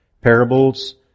Parables